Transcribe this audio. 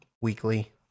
weekly